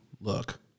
look